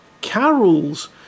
Carol's